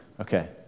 Okay